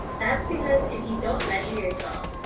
that's because if you don't measure yourself,